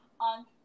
on